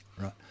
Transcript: Right